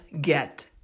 get